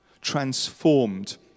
transformed